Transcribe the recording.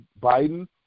Biden